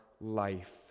life